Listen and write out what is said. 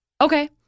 okay